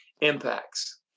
impacts